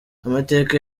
amateka